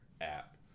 app